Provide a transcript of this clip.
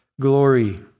glory